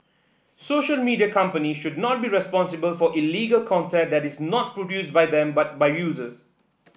social media companies should not be responsible for illegal content that is not produced by them but by users